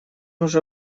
уже